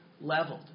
leveled